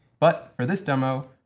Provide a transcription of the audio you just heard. but for this demo,